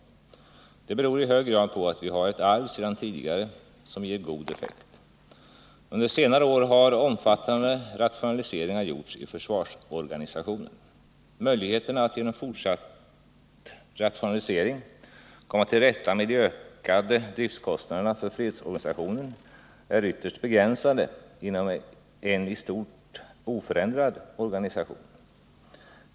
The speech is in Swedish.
Det beror i hög grad på att vi har ett arv sedan tidigare, som ger god effekt. Under senare år har omfattande rationaliseringar gjorts i försvarsorganisationen. Möjligheterna att genom fortsatt rationalisering komma till rätta med de ökade driftkostnaderna för fredsorganisationen är ytterst begränsade inom en i stort oförändrad organisation.